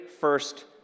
first